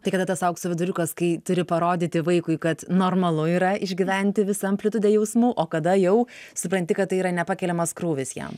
tai kada tas aukso viduriukas kai turi parodyti vaikui kad normalu yra išgyventi visą amplitudę jausmų o kada jau supranti kad tai yra nepakeliamas krūvis jam